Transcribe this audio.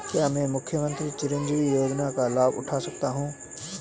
क्या मैं मुख्यमंत्री चिरंजीवी योजना का लाभ उठा सकता हूं?